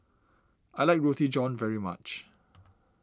I like Roti John very much